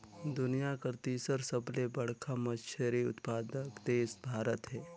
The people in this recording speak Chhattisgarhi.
दुनिया कर तीसर सबले बड़खा मछली उत्पादक देश भारत हे